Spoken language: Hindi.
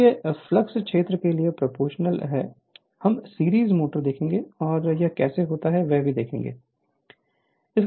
इसलिए फ्लक्स क्षेत्र के लिए प्रोपोर्शनल है हम सीरीज मोटर्स देखेंगे और यह कैसे होता है वह भी देखेंगे